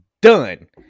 done